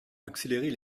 accélérer